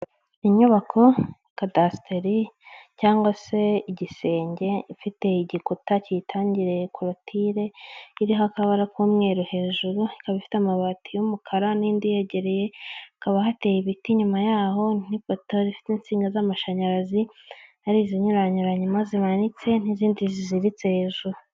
Inyubako kadasiteri cyangwa se igisenge ifite igikuta kiyitangiriye, korotire iriho akabara k'umweru hejuru, ikaba ifite amabati y'umukara, n'indi yegereye, hakaba hateye ibiti inyuma yaho n'ipoto ifite insinga z'amashanyarazi, ari izinyuranyuranyemo zimanitse, n'izindi ziziritse hejuru.